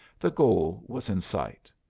the goal was in sight.